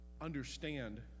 understand